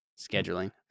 scheduling